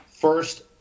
first